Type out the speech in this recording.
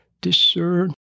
Discern